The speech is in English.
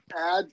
add